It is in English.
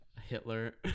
Hitler